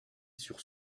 sur